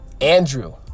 Andrew